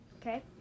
okay